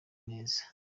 neza